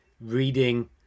reading